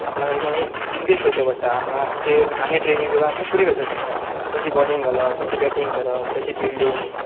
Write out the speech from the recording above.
आपणाक अशें इनक्रीज करचें पडटा आपणाक अशें आनी ट्रेनींग करून आपण फुडें करचें पडटा कशीं बॉलींग घालप कशी बॅटींग करप कशीें फिल्डींग